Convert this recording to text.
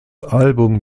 album